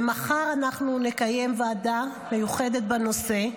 ומחר אנחנו נקיים ועדה מיוחדת בנושא.